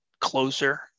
closer